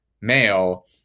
male